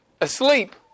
asleep